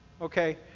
Okay